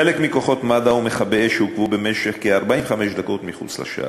חלק מכוחות מד"א ומכבי אש עוכבו במשך כ-45 דקות מחוץ לשער.